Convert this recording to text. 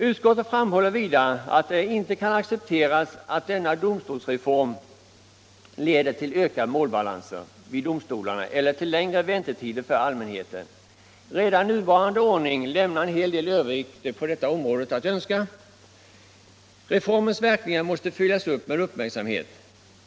Utskottet framhåller vidare att det inte kan accepteras att denna domstolsreform leder till ökade målbalanser vid domstolarna eller till längre väntetider för allmänheten. Redan nuvarande ordning lämnar en hel del övrigt att önska på detta område. Reformens verkningar måste följas med uppmärksamhet.